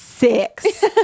six